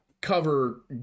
cover